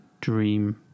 dream